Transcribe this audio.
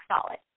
solid